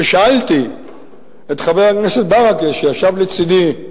ושאלתי את חבר הכנסת ברכה, שישב לצדי,